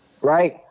Right